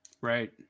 Right